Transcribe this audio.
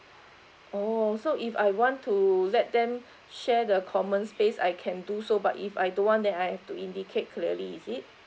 oh so if I want to let them share the common space I can do so but if I don't want then I have to indicate clearly is it